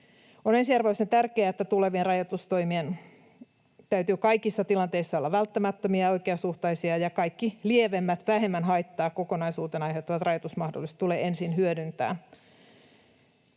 On ensiarvoisen tärkeää, että tulevien rajoitustoimien täytyy kaikissa tilanteissa olla välttämättömiä, oikeasuhtaisia ja kaikki lievemmät, vähemmän haittaa kokonaisuutena aiheuttavat rajoitusmahdollisuudet tulee ensin hyödyntää.